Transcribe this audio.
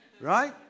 Right